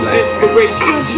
inspiration